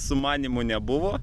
sumanymų nebuvo